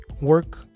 work